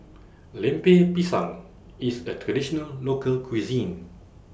Lemper Pisang IS A Traditional Local Cuisine